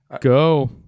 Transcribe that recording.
go